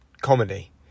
comedy